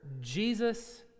Jesus